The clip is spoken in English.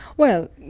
well,